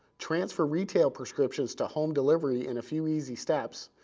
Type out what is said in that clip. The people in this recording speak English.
transfer retail prescriptions to home delivery in a few easy steps,